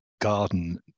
garden